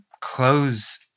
close